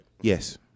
Yes